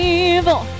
evil